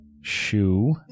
shoe